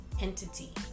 entity